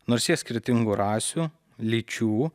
nors jie skirtingų rasių lyčių